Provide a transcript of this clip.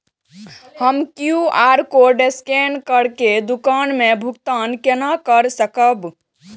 हम QR code scan करके दुकान में भुगतान केना कर सकब?